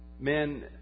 Men